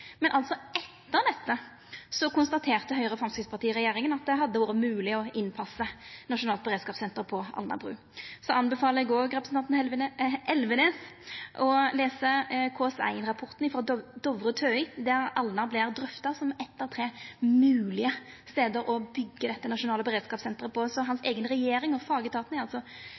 Men altså etter dette konstaterte Høgre–Framstegsparti-regjeringa at det hadde vore mogleg å innpassa eit nasjonalt beredskapssenter på Alnabru. Eg anbefaler òg representanten Elvenes å lesa KS1-rapporten frå Dovre og TØI, der Alnabru vart drøfta som éin av tre moglege stadar å byggja dette nasjonale beredskapssenteret på – altså er representanten Elvenes si eiga regjering og fagetaten